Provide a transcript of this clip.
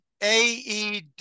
AED